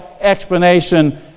explanation